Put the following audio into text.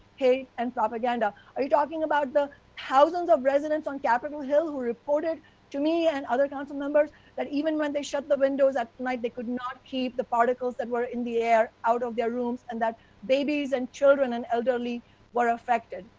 hate and propaganda? are you talking about the thousands of residents on capitol hill who reported to me and other council members that even when they shut the windows last ah night they could not the particles that were in the air out of the rooms, and that babies and children and elderly were affected?